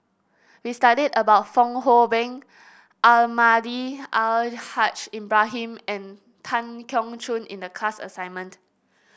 we studied about Fong Hoe Beng Almahdi Al Haj Ibrahim and Tan Keong Choon in the class assignment